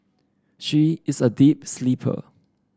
she is a deep sleeper